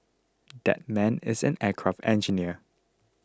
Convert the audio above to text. that man is an aircraft engineer